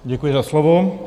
Děkuji za slovo.